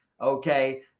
Okay